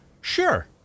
Sure